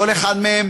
כל אחד מהם,